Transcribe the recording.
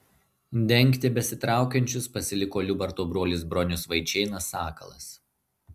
dengti besitraukiančius pasiliko liubarto brolis bronius vaičėnas sakalas